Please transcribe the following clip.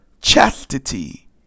chastity